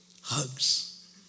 hugs